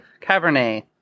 cabernet